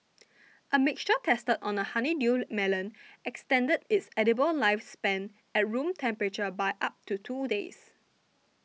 a mixture tested on a honeydew melon extended its edible lifespan at room temperature by up to two days